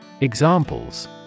Examples